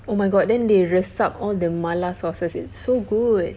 oh my god then they resap all the mala sauces it's so good